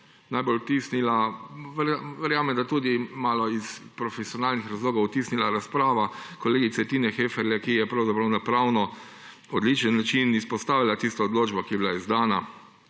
najbolj vtisnila – verjamem, da tudi malo iz profesionalnih razlogov – razprava kolegice Tine Heferle, ki je na pravno odličen način izpostavila tisto odločbo, ki je bila izdana,